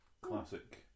classic